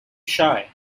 shy